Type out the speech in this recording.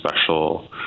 special